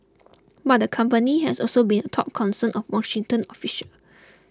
but the company has also been a top concern of Washington official